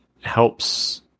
helps